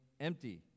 empty